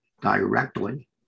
directly